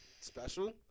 special